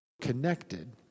connected